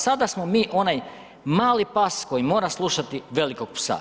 Sada smo mi onaj mali pas koji mora slušati velikog psa.